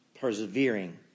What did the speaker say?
persevering